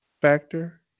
factor